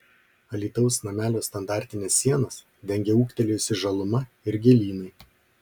alytaus namelio standartines sienas dengia ūgtelėjusi žaluma ir gėlynai